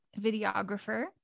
videographer